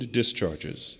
discharges